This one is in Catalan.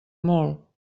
molt